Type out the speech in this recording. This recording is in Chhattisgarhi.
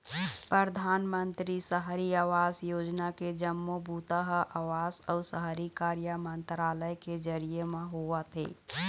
परधानमंतरी सहरी आवास योजना के जम्मो बूता ह आवास अउ शहरी कार्य मंतरालय के जरिए म होवत हे